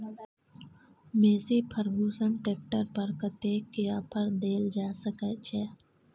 Massey Ferguson tractor पर कतेक के ऑफर देल जा सकै छै?